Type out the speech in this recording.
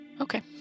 Okay